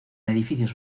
edificios